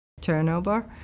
turnover